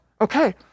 okay